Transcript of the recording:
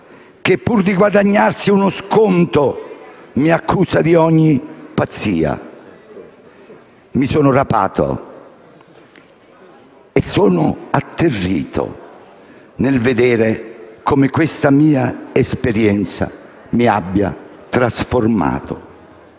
che pur di guadagnarsi uno sconto, mi accusa di ogni pazzia». (…) «Mi sono rapato e sono atterrito nel vedere come questa mia esperienza mi abbia trasformato».